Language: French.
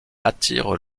attirent